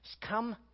Come